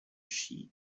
sheep